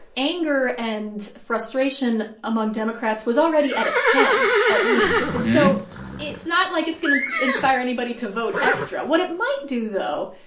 anger and frustration among democrats was already at a ten at least. and so it's not like it's going and to inspire anybody to vote extra. what it might do, though,